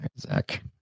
Zach